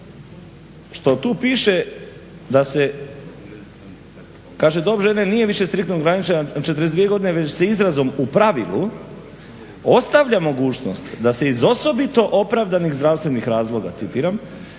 što tu piše da se kaže "dob žene nije više striktno ograničena na 42 godine već se izrazom u pravilu ostavlja mogućnost da se iz osobito opravdanih zdravstvenih razloga", citiram,"može